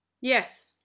Yes